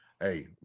Hey